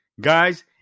Guys